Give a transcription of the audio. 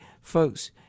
folks